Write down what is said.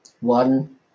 One